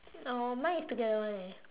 no mine is together [one] eh